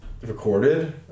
recorded